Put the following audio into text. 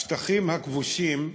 השטחים הכבושים,